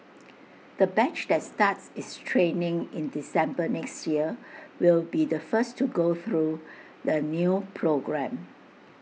the batch that starts its training in December next year will be the first to go through the new programme